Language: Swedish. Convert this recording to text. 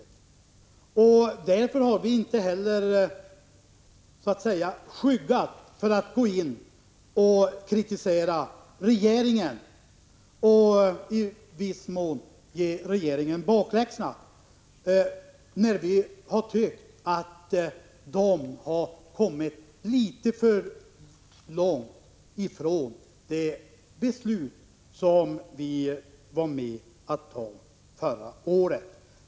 Vi har därför inte heller skyggat för att kritisera regeringen och i viss mån ge regeringen bakläxa, när vi har tyckt att den har kommit litet för långt ifrån det beslut som vi förra året var med om att fatta.